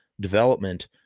development